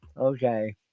Okay